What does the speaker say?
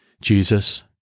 Jesus